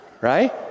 right